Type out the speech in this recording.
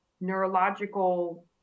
neurological